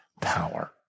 power